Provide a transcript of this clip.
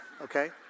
okay